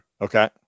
Okay